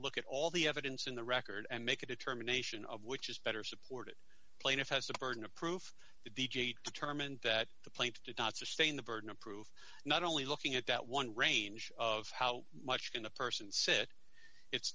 look at all the evidence in the record and make a determination of which is better supported plaintiff has the burden of proof that the determined that the plaintiff did not sustain the burden of proof not only looking at that one range of how much can a person sit it's